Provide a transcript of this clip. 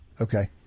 Okay